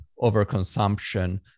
overconsumption